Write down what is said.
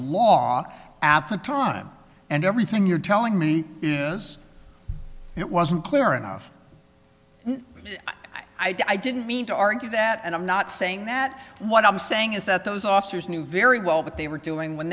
law at the time and everything you're telling me is it wasn't clear enough i didn't mean to argue that and i'm not saying that what i'm saying is that those officers knew very well what they were doing when